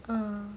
ah